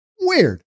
Weird